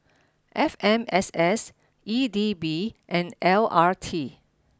F M S S E D B and L R T